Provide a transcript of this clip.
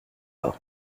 pas